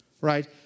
Right